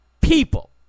people